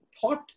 thought